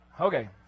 okay